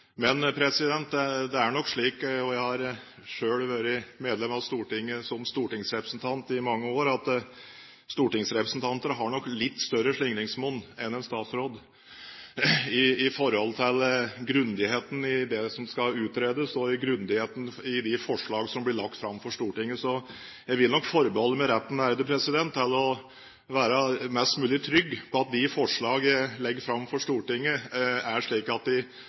Men det er nok slik, og jeg har selv vært medlem av Stortinget som representant i mange år, at stortingsrepresentanter har litt større slingringsmonn enn en statsråd i forhold til grundigheten i det som skal utredes, og grundigheten i de forslag som blir lagt fram for Stortinget. Så jeg vil nok forbeholde meg retten til å være mest mulig trygg på at de forslag som jeg legger fram for Stortinget, er slik at de